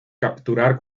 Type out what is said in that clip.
capturar